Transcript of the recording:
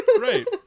Right